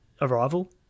Arrival